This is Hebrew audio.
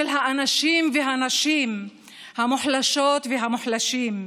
של האנשים והנשים המוחלשות והמוחלשים,